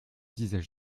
disais